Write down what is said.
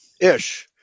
Ish